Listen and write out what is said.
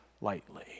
lightly